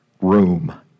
room